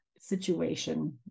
situation